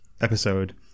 episode